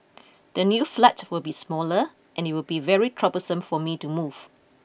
the new flat will be smaller and it will be very troublesome for me to move